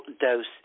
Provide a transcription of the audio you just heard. dose